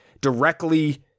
directly